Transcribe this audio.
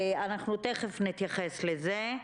תכף נתייחס לזה.